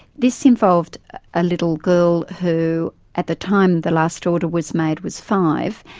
this involved a little girl who at the time the last order was made was five,